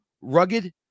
rugged